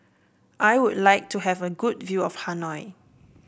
I would like to have a good view of Hanoi